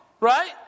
right